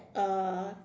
uh